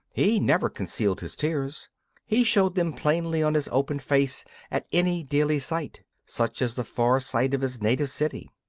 he never concealed his tears he showed them plainly on his open face at any daily sight, such as the far sight of his native city.